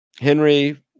Henry